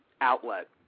outlet